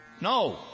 No